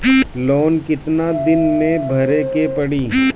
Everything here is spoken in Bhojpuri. लोन कितना दिन मे भरे के पड़ी?